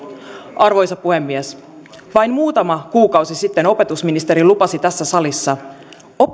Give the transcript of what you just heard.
arvoisa puhemies vain muutama kuukausi sitten opetusministeri lupasi tässä salissa